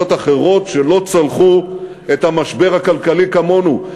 אחרות שלא צלחו את המשבר הכלכלי כמונו,